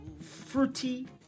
fruity